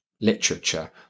literature